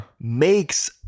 makes